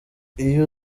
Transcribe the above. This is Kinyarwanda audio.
iyo